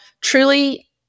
truly